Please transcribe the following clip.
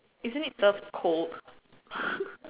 isn't it served cold